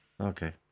Okay